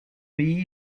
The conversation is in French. pays